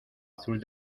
azul